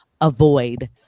avoid